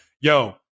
Yo